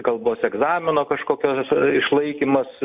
kalbos egzamino kažkokios išlaikymas